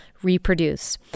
reproduce